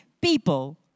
People